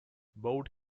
bowed